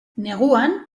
neguan